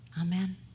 Amen